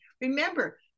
remember